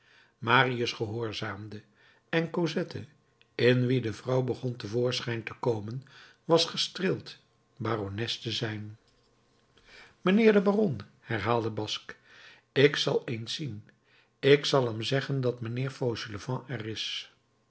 marius gehoorzaamde en cosette in wie de vrouw begon te voorschijn te komen was gestreeld barones te zijn mijnheer de baron herhaalde basque ik zal eens zien ik zal hem zeggen dat mijnheer fauchelevent er is